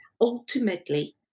Ultimately